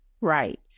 Right